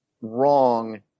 wrong